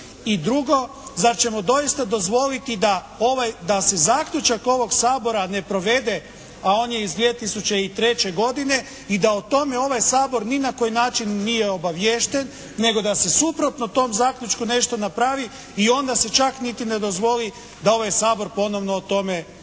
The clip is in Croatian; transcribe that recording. I drugo, zar ćemo doista dozvoliti da se zaključak ovog Sabora ne provede, a on je iz 2003. godine i da o tome ovaj Sabor ni na koji način nije obaviješten nego da se suprotno tom zaključku nešto napravi i onda se čak niti ne dozvoli da ovaj Sabor ponovno o tome raspravlja.